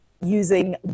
using